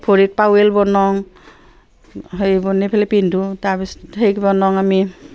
ভৰিত পাৱেল বনাওঁ হেৰি বনাই ফেলাই পিন্ধোঁ তাৰপিছত সেই বনাওঁ আমি